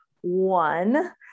one